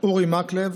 אורי מקלב,